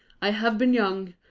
i have been young,